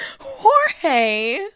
Jorge